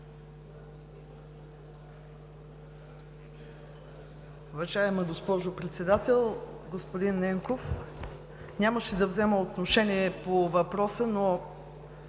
Уважаема госпожо Председател! Господин Ненков, нямаше да взема отношение по въпроса, но